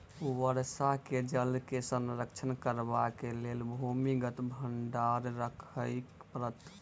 वर्षाक जल के संरक्षण करबाक लेल भूमिगत भंडार राखय पड़त